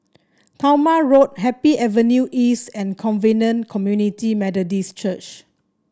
Talma Road Happy Avenue East and Covenant Community Methodist Church